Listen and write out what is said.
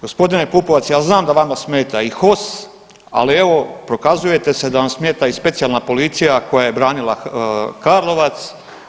Gospodine Pupovac ja znam da vama smeta i HOS ali evo prokazujete se da vam smeta i specijalna policija koja je branila Karlovac.